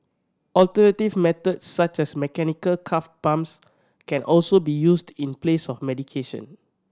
alternative methods such as mechanical calf pumps can also be used in place of medication